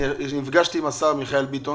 נפגשתי עם השר מיכאל ביטון